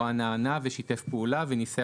מהדרישות של המשטרה לא תענינה לפני שהניסוי